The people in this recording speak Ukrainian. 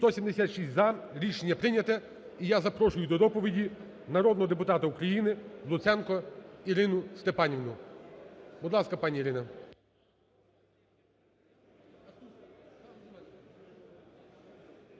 За-176 Рішення прийняте. І я запрошую до доповіді народного депутата України Луценко Ірину Степанівну. Будь ласка, пані Ірина.